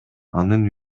анын